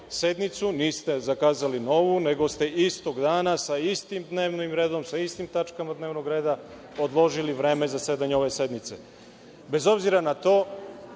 sednicu, niste zakazali novu, nego ste istog dana sa istim dnevnim redom, sa istim tačkama dnevnog reda odložili vreme zasedanja ove sednice. Bez obzira na to,